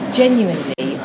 genuinely